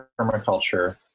permaculture